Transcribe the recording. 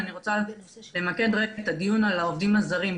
אמקד את הדיון רק על העובדים הזרים,